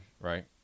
right